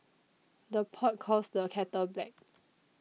the pot calls the kettle black